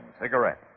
cigarette